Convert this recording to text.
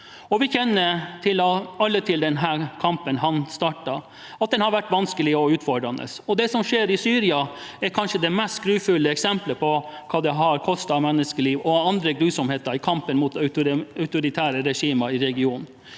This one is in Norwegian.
Vi kjenner alle til at den kampen han startet, har vært vanskelig og utfordrende. Det som skjer i Syria, er kanskje det mest grufulle eksemplet på hva det har kostet av menneskeliv og andre grusomheter i kampen mot autoritære regimer i regionen.